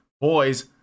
boys